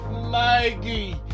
Maggie